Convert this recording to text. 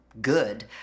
good